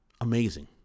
Amazing